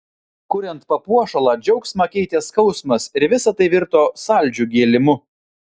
kuriant papuošalą džiaugsmą keitė skausmas ir visa tai virto saldžiu gėlimu